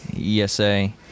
ESA